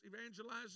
evangelizing